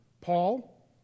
Paul